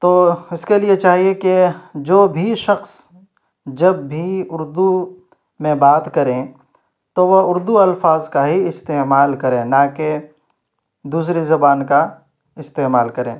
تو اس کے لیے چاہیے کہ جو بھی شخص جب بھی اردو میں بات کریں تو وہ اردو الفاظ کا ہی استعمال کریں نہ کہ دوسری زبان کا استعمال کریں